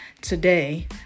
today